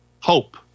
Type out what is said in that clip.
Hope